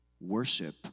worship